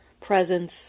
presence